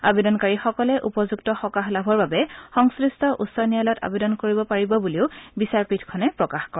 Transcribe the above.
আবেদনকাৰীসকলে উপযুক্ত সকাহ লাভ বাবে সশ্লিষ্ট উচ্চ ন্যায়ালয়ত আবেদন কৰিব পাৰিব বুলিও বিচাৰপীঠখনে প্ৰকাশ কৰে